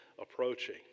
approaching